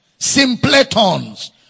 Simpletons